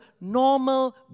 normal